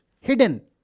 hidden